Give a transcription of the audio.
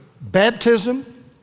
baptism